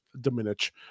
diminish